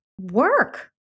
work